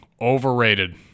overrated